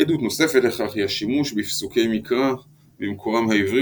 עדות נוספת לכך היא השימוש בפסוקי מקרא במקורם העברי